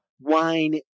wine